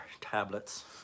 tablets